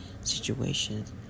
situations